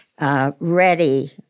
ready